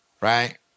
right